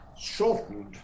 shortened